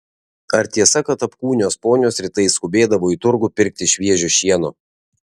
ar tiesa kad apkūnios ponios rytais skubėdavo į turgų pirkti šviežio šieno